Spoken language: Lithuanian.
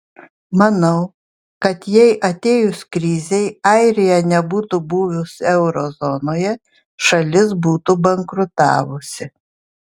manau kad jei atėjus krizei airija nebūtų buvus euro zonoje šalis būtų bankrutavusi